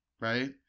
right